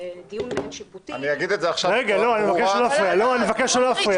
זה דיון שיפוטי -- אני אגיד את זה עכשיו פה --- אני מבקש לא להפריע.